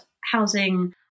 housing